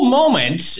moment